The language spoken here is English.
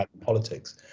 politics